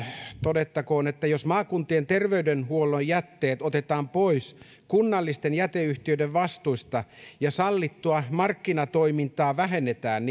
todettakoon että jos maakuntien terveydenhuollon jätteet otetaan pois kunnallisten jäteyhtiöiden vastuista ja sallittua markkinatoimintaa vähennetään